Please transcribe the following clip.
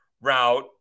route